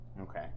okay